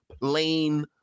plain